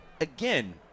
again